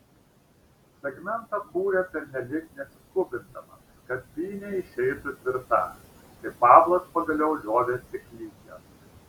segmentą kūrė pernelyg nesiskubindamas kad pynė išeitų tvirta kai pablas pagaliau liovėsi klykęs